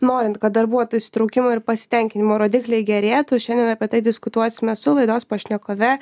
norint kad darbuotojų įsitraukimo ir pasitenkinimo rodikliai gerėtų šiandien apie tai diskutuosime su laidos pašnekove